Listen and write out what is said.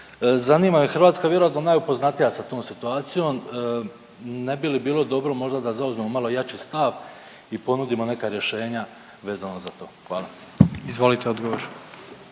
Zanima me, Hrvatska je vjerojatno najupoznatija sa tom situacijom, ne bi li bilo dobro možda da zauzmemo malo jači stav i ponudimo neka rješenja vezano za to? Hvala. **Jandroković,